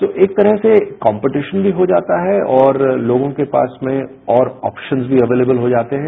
तो एक तरह से कॉमपेटिशन भी हो जाता है और लोगों के पास में और ऑप्शन्स भी एवेलेबल हो जाते हैं